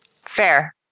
Fair